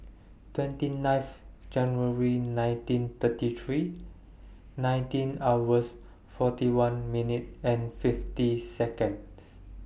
twenty ninth January nineteen thirty three nineteen hours forty one minutes and fifty Seconds